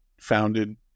founded